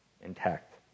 intact